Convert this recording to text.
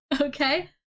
okay